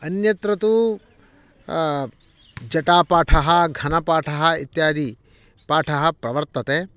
अन्यत्र तु जटापाठः घनपाठः इत्यादि पाठः प्रवर्तते